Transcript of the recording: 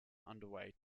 underway